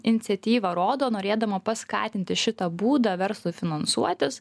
iniciatyvą rodo norėdama paskatinti šitą būdą verslui finansuoti